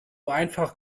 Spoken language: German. einfach